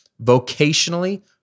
vocationally